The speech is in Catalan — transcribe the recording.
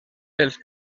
pels